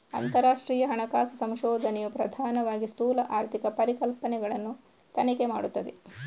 ಅಂತರರಾಷ್ಟ್ರೀಯ ಹಣಕಾಸು ಸಂಶೋಧನೆಯು ಪ್ರಧಾನವಾಗಿ ಸ್ಥೂಲ ಆರ್ಥಿಕ ಪರಿಕಲ್ಪನೆಗಳನ್ನು ತನಿಖೆ ಮಾಡುತ್ತದೆ